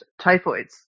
Typhoids